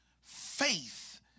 faith